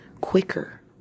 quicker